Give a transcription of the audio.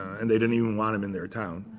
and they didn't even want him in their town.